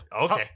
okay